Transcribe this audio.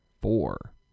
four